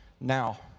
Now